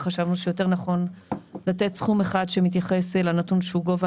חשבנו שיותר נכון לתת סכום אחד שמתייחס לנתון שהוא גובה